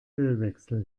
ölwechsel